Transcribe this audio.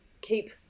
keep